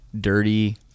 dirty